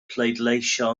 pleidleisio